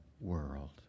world